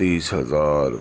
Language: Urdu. تیس ہزار